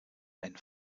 ein